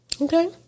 Okay